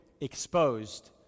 exposed